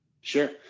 Sure